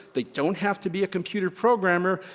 they don't have to be a computer programmer,